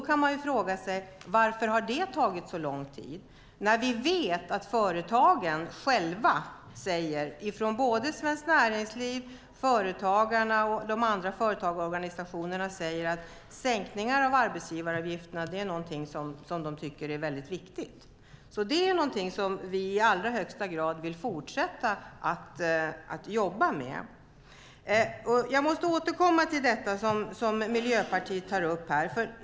Man kan fråga sig varför det har tagit så lång tid. Vi vet att företagen själva säger från Svenskt Näringsliv, Företagarna och de andra företagarorganisationerna att sänkningar av arbetsgivaravgifter är någonting som de tycker är väldigt viktigt. Det är någonting som vi i allra högsta grad vill fortsätta att jobba med. Jag måste återkomma till det som Miljöpartiet tar upp här.